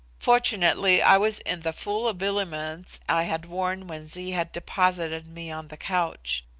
fortunately i was in the full habiliments i had worn when zee had deposited me on the couch.